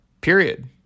period